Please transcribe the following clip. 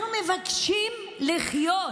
אנחנו מבקשים לחיות.